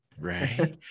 right